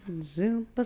Zoom